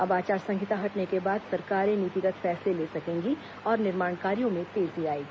अब आचार संहिता हटने के बाद सरकारें नीतिगत फैसले ले सकेंगी और निर्माण कार्यों में तेजी आएगी